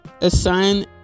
assign